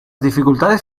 dificultades